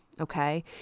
Okay